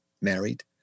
married